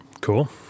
Cool